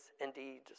indeed